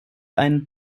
einen